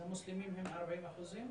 אז המוסלמים הם 40%?